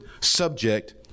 subject